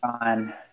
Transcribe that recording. on